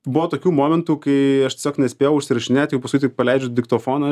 buvo tokių momentų kai aš tiesiog nespėjau užsirašinėt jau paskui tik paleidžiu diktofoną